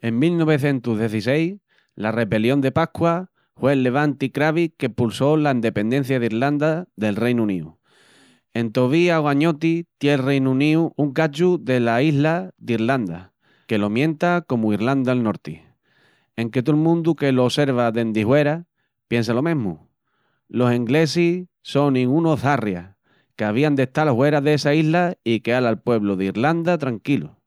En 1916, la Rebelión de Pasqua hue'l levanti cravi qu'empulsó l'endependencia d'Irlanda del Reinu Uníu. Entovía ogañoti tié el Reinu Uníu un cachu dela isla d'Irlanda que lo mienta comu Irlanda'l Norti, enque tol mundu que lo osserva dendi huera piensa lo mesmu, los englesis sonin unus zarrias que avían d'estal huera dessa isla i queal al puebru d'Irlanda tranquilu.